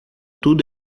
tudo